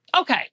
Okay